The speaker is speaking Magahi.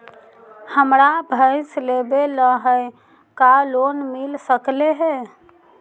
हमरा भैस लेबे ल है का लोन मिल सकले हे?